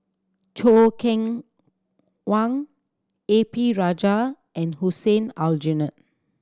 Choo Keng Kwang A P Rajah and Hussein Aljunied